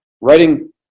writing